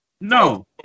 No